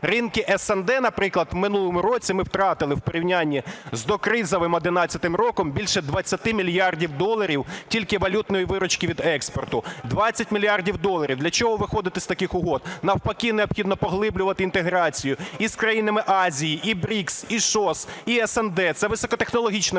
ринки СНД, наприклад, в минулому році ми втратили в порівнянні з докризовим 11-м роком більше 20 мільярдів доларів тільки валютної виручки від експорту. 20 мільярдів доларів. Для чого виходити з таких угод? Навпаки, необхідно поглиблювати інтеграцію і з країнами Азії, і БРІКС, і ШОС, і СНД, це високотехнологічна кооперація,